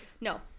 No